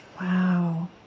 Wow